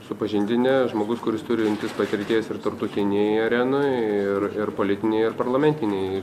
supažindinę žmogus kuris turintis patirties ir tarptautinėje arenoje ir ir politinėj ir parlamentinėj